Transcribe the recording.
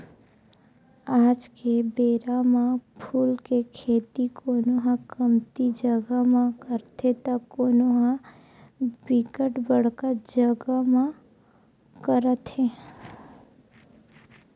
आज के बेरा म फूल के खेती कोनो ह कमती जगा म करथे त कोनो ह बिकट बड़का जगा म करत हे